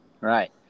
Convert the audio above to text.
Right